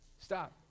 stop